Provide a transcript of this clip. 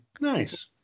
Nice